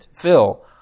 fill